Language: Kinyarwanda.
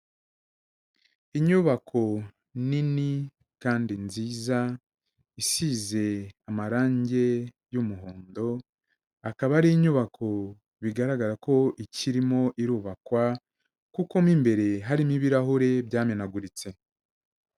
Inyubako nini kandi nziza isize amarangi y'umuhondo, akaba ari inyubako bigaragara ko ikirimo irubakwa kuko mo imbere harimo ibirahure byamenaguritse.